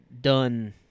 done